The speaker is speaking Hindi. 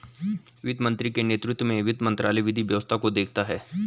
वित्त मंत्री के नेतृत्व में वित्त मंत्रालय विधि व्यवस्था को देखता है